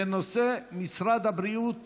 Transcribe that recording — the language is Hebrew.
בנושא: משרד הבריאות